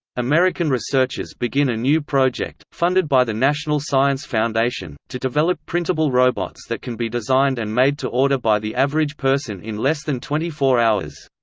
american researchers begin a new project, funded by the national science foundation, to develop printable robots that can be designed and made to order by the average person in less than twenty four hours.